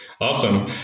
Awesome